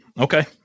okay